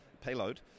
payload